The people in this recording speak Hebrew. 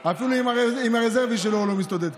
הרעיון בסדר,